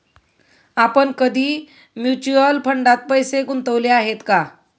आपण कधी म्युच्युअल फंडात पैसे गुंतवले आहेत का?